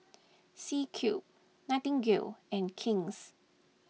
C Cube Nightingale and King's